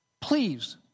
please